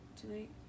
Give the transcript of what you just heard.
tonight